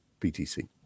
btc